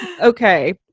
Okay